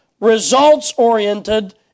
results-oriented